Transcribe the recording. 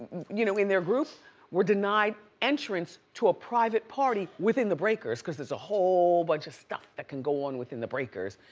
you know, in their group were denied entrance to a private party within the breakers, cause there's a whole bunch of stuff that can go on within the breakers,